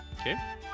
okay